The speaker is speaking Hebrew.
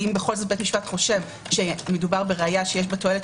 ואם בכל זאת בית משפט חושב שמדובר בראיה שיש בה תועלת